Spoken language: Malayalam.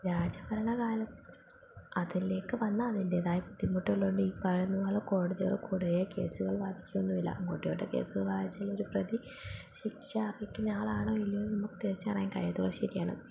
രാജഭരണകാലത്ത് അതിലേക്ക് വന്നാൽ അതിൻ്റേതായ ബുദ്ധിമുട്ടുള്ളുണ്ട് ഈ പറയുന്ന പോലെ കോടതിയിൽ കുറേ കേസുകൾ വാധിക്കൊന്നുമില്ല അങ്ങോട്ട് ഇങ്ങോട്ട് കേസുകൾ വാധിച്ചൽ ഒരു പ്രതി ശിക്ഷ അർഹിക്കുന്ന ആളാണോ ഇല്ലയോന്ന് നമുക്ക് തിരിച്ചറിയാൻ കഴിയാത്തത് ശരിയാണ്